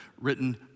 written